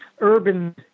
urban